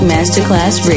Masterclass